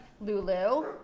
Lulu